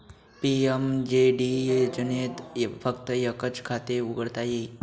PMJD योजनेत फक्त एकच खाते उघडता येते